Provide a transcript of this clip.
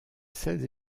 seize